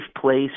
place